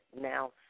now